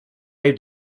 named